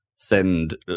send